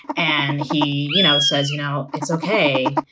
and he, you know, says, you know, it's okay.